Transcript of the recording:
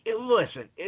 listen